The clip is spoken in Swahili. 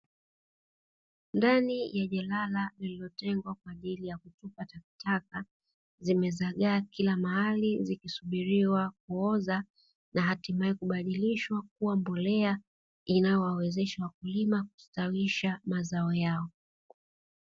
Ndani ya jalala lililotengwa kwa ajili ya kutupa takataka zimezagaa kila mahali zikisubiriwa kuoza na hatimaye kubadilishwa kuwa mbolea inayowawezesha wakulima kustawisha mazao yao.